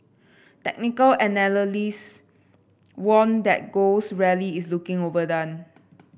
technical analysts warned that gold's rally is looking overdone